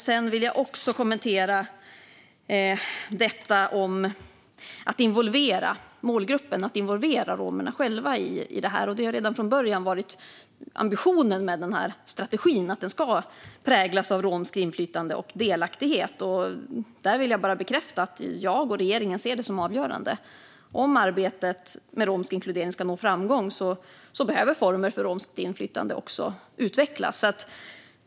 Sedan vill jag kommentera detta med att involvera målgruppen. Det handlar om att involvera romerna själva i detta. Det har redan från början varit ambitionen med strategin att den ska präglas av romskt inflytande och delaktighet. Där vill jag bara bekräfta att jag och regeringen ser det som avgörande. Om arbetet med romsk inkludering ska nå framgång behöver former för romskt inflytande också utvecklas.